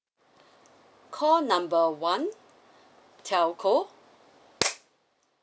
call number one telco